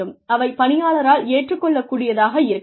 அவை பணியாளரால் ஏற்றுக்கொள்ள கூடியதாக இருக்க வேண்டும்